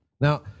Now